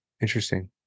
Interesting